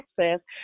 access